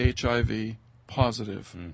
HIV-positive